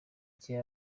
gihe